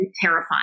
terrifying